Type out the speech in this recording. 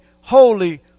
holy